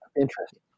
Interesting